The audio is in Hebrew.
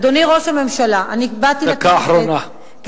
אדוני ראש הממשלה, דקה אחרונה.